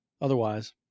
otherwise